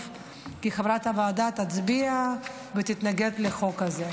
כחברת הוועדה היא תצביע ותתנגד לחוק הזה.